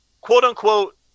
quote-unquote